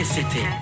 City